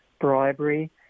bribery